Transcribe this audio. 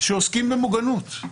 שעוסקים במוגנות.